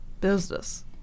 business